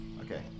Okay